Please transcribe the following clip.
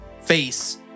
face